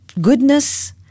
Goodness